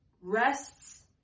rests